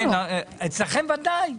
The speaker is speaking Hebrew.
אצלכם ודאי.